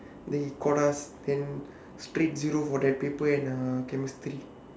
then he called us then straight zero for that paper and uh chemistry